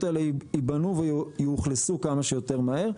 האלה ייבנו ויאוכלסו כמה שיותר מהר.